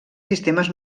sistemes